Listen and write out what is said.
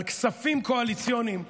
על כספים קואליציוניים.